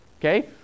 okay